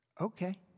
okay